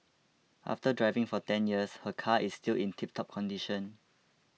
after driving for ten years her car is still in tiptop condition